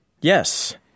Yes